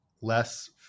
less